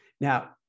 Now